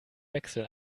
wechsel